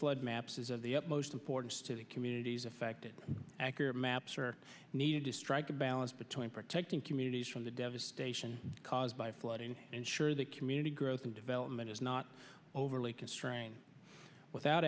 flood maps is of the upmost importance to the communities affected accurate maps are needed to strike a balance between protecting communities from the devastation caused by flooding and sure the community growth and development is not overly constrained without